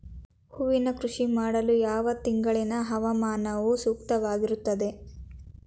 ಹೂವಿನ ಕೃಷಿ ಮಾಡಲು ಯಾವ ತಿಂಗಳಿನ ಹವಾಮಾನವು ಸೂಕ್ತವಾಗಿರುತ್ತದೆ?